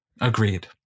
Agreed